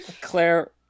Claire